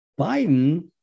Biden